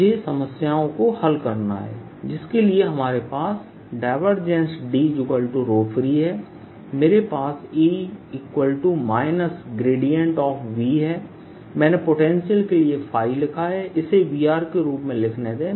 मुझे समस्याओं को हल करना है जिसके लिए हमारे पास Dfree है मेरे पास E V है मैंने पोटेंशियल के लिए लिखा है इसे V के रूप में लिखने दें